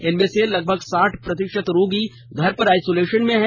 इनमें से लगभग साठ प्रतिशत रोगी घर पर आइसोलेशन में हैं